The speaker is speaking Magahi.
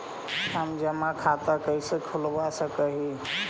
हम जमा खाता कैसे खुलवा सक ही?